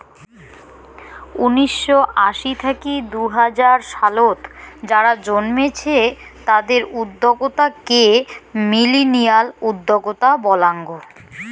উনিসশো আশি থাকি দুই হাজার সালত যারা জন্মেছে তাদের উদ্যোক্তা কে মিলেনিয়াল উদ্যোক্তা বলাঙ্গ